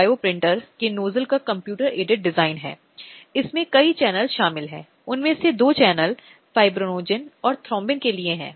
क्योंकि अधिकांश कानून और सुरक्षा जो पक्ष दिए जाते हैं वे कानूनी रूप से एक दूसरे से विवाहित होते हैं